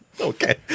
Okay